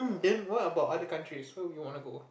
then what about other countries where would you wanna go